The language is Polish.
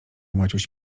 maciuś